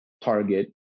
target